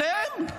אתם?